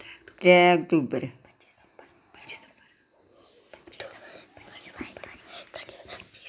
त्रै अक्तूबर